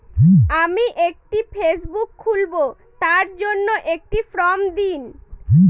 আমি একটি ফেসবুক খুলব তার জন্য একটি ফ্রম দিন?